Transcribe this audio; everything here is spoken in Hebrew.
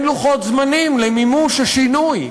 אין לוחות זמנים למימוש השינוי.